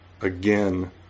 again